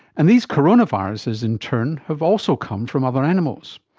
and these coronaviruses in turn have also come from other animals.